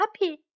Happy